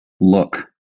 look